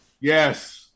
Yes